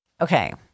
Okay